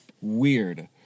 weird